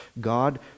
God